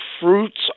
fruits